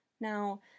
Now